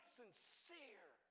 sincere